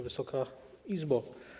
Wysoka Izbo!